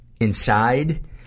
inside